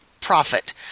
profit